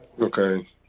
Okay